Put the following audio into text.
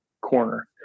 corner